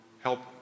help